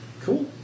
Cool